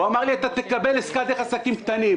הוא אמר לי: אתה תקבל עסקה דרך עסקים קטנים.